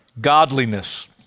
godliness